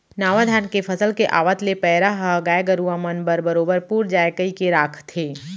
नावा धान के फसल के आवत ले पैरा ह गाय गरूवा मन बर बरोबर पुर जाय कइके राखथें